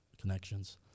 connections